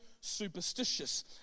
superstitious